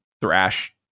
thrash